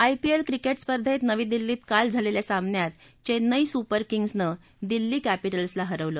IPL cricket स्पर्धेत नवी दिल्लीत काल झालेल्या सामन्यात चेन्नई सुपर किंग्जनं दिल्ली कॅपिटल्सला हरवलं